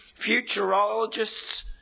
futurologists